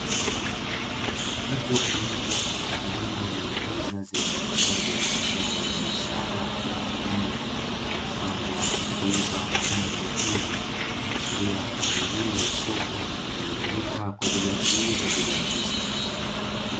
Mtu aliyopo katika eneo lenye meza zilizohifadhi mazao ya biashara aina ya nyanya, yaliyopangwa na kuiva kwa rangi nyekundu, ikiashiria kuwa ni eneo la soko linalotumika kwa ajili ya kuuza bidhaa hizo.